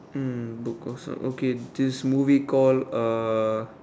mm book also okay this movie called uh